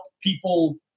people